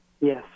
Yes